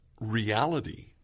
reality